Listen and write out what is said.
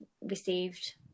received